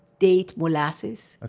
date molasses. ah